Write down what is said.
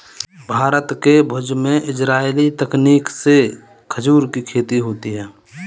भारत के भुज में इजराइली तकनीक से खजूर की खेती होती है